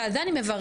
ועל זה אני מברכת.